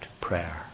prayer